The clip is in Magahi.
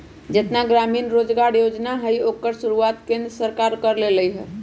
जेतना ग्रामीण रोजगार योजना हई ओकर शुरुआत केंद्र सरकार कर लई ह